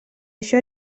això